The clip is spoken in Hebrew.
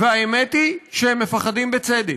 והאמת היא שהם מפחדים בצדק.